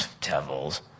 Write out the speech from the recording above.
devils